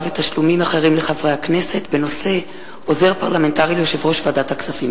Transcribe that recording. ותשלומים אחרים לחברי הכנסת בנושא: עוזר פרלמנטרי ליושב-ראש ועדת הכספים.